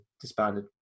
disbanded